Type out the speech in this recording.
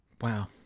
Wow